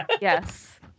yes